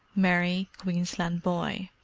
merry queensland boy,